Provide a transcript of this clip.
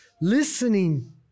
listening